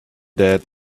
dead